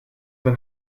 than